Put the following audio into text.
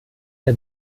der